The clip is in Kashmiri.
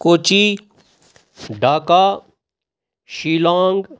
کوچی ڈاکا شِیٖلانٛگ